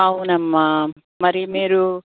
అవునమ్మా మరి మీరు